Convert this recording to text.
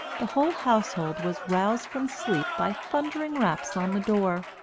the whole household was roused from sleep by thundering raps on the door,